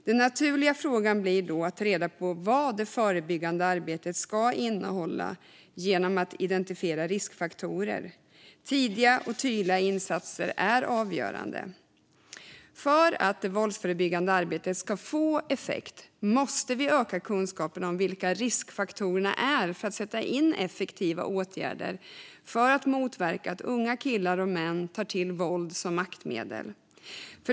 Den naturliga frågan blir då att ta reda på vad det förebyggande arbetet ska innehålla genom att identifiera riskfaktorer. Tidiga och tydliga insatser är avgörande. För att det våldsförebyggande arbetet ska få effekt måste vi öka kunskaperna om vilka riskfaktorerna är för att kunna sätta in effektiva åtgärder för att motverka att unga killar och män tar till våld som maktmedel.